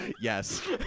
yes